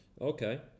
Okay